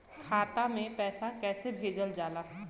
खाता में पैसा कैसे भेजल जाला?